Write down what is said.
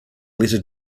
letter